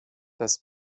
das